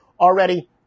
already